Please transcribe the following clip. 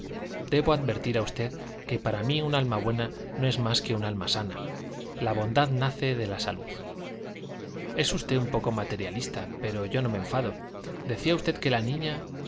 debo advertir a usted que para mí un alma buena no es más que un alma sana la bondad nace de la salud es usted un poco materialista pero yo no me enfado decía usted que la niña